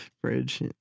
fridge